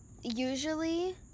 usually –